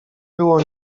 było